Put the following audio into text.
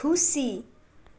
खुसी